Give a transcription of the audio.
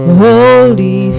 holy